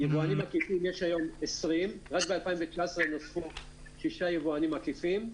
יבואנים עקיפים יש היום 20. רק ב-2019 נוספו שישה יבואנים עקיפים,